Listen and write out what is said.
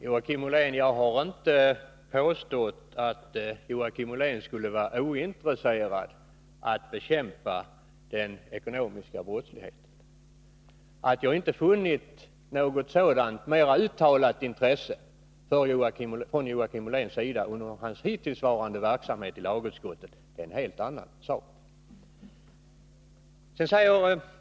Fru talman! Jag har inte påstått att Joakim Ollén skulle vara ointresserad av att bekämpa den ekonomiska brottsligheten. Att jag inte funnit något mera uttalat intresse för frågan från Joakim Olléns sida under hans 15 hittillsvarande verksamhet i lagutskottet är en helt annan sak.